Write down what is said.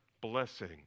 blessing